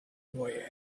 boy